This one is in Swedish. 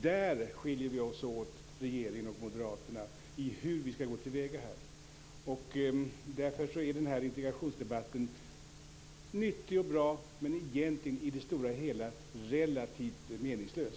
När det gäller hur vi skall gå till väga här skiljer regeringen och Moderaterna sig åt. Därför är denna integrationsdebatt nyttig och bra, men i det stora hela egentligen relativt meningslös.